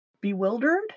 Bewildered